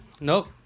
Nope